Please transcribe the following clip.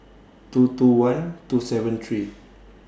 two two one two seven three